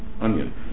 onion